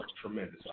tremendous